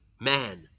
man